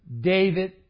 David